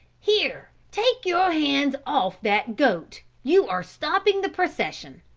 here, take your hands off that goat, you are stopping the procession!